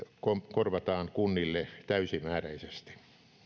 korvataan kunnille täysimääräisesti